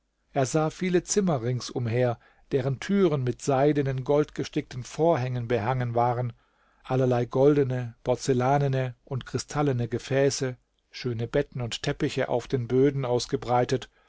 er sah viele zimmer rings umher deren türen mit seidenen goldgestickten vorhängen behangen waren allerlei goldene porzellanene und kristallene gefäße schöne betten und teppiche auf den böden ausgebreitet